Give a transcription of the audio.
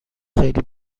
خیلی